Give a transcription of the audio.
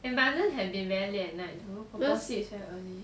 but it must not have been very late at night though 婆婆 sleeps very early